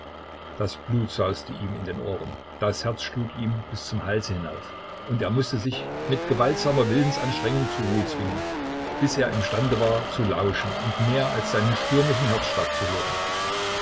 das blut sauste ihm in den ohren das herz schlug ihm bis zum halse hinauf und er mußte sich mit gewaltsamer willensanstrengung zur ruhe zwingen bis er imstande war zu lauschen und mehr als seinen stürmischen herzschlag zu hören